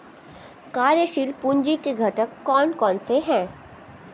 कार्यशील पूंजी के घटक कौन कौन से हैं?